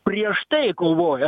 prieš tai kovoja